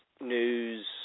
news